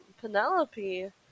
Penelope